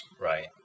Right